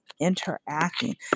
interacting